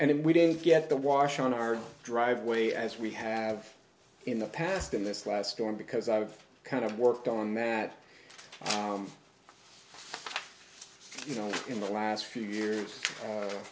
and we didn't get the wash on our driveway as we have in the past in this last storm because i've kind of worked on that you know in the last few years